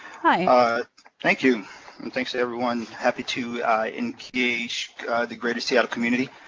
ah thank you. and thanks to everyone. happy to engage the greater seattle community.